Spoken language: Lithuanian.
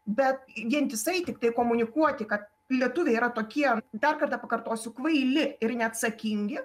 bet vientisai tiktai komunikuoti kad lietuviai yra tokie dar kartą pakartosiu kvaili ir neatsakingi